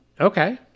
okay